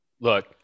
Look